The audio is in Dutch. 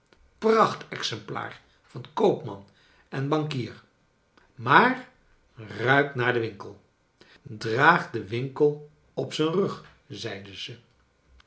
zijn prachtexemplaar van koopman en bankier maar ruikt naar den winkel draagt den winkel op zijn rug zeiden ze